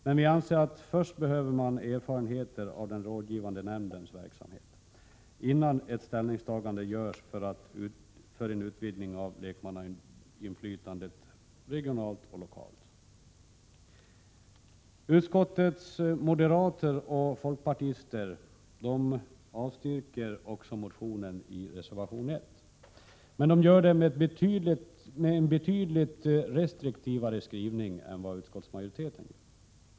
Men vi anser att man först behöver erfarenheter av den rådgivande nämndens verksamhet, innan ett ställningstagande görs för att utvidga lekmannainflytandet regionalt och lokalt. Utskottets moderater och folkpartister avstyrker också motionen i reservation 1, men de gör det med en betydligt restriktivare skrivning än vad utskottsmajoriteten gör.